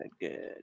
good